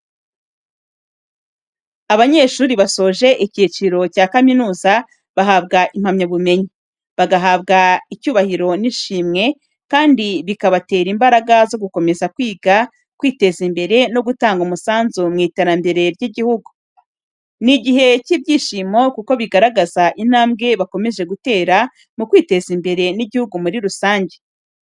Abanyeshuri basoje icyiciro cya kaminuza bahabwa impamyabumenyi, bagahabwa icyubahiro n'ishimwe, kandi bikabatera imbaraga zo gukomeza kwiga, kwiteza imbere, no gutanga umusanzu mu iterambere ry'igihugu. Ni igihe cy'ibyishimo, kuko bigaragaza intambwe bakomeje gutera mu kwiteza imbere n'igihugu muri rusange.